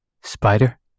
Spider